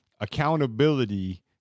accountability